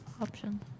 option